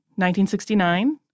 1969